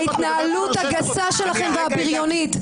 ההתנהלות הגסה שלכם והבריונית.